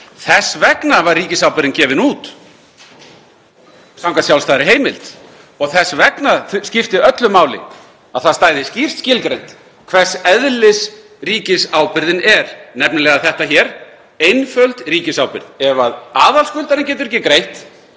Þess vegna var ríkisábyrgðin gefin út samkvæmt sjálfstæðri heimild og þess vegna skipti öllu máli að það stæði skýrt skilgreint hvers eðlis ríkisábyrgðin er, nefnilega þetta hér; einföld ríkisábyrgð. Ef aðalskuldari getur ekki greitt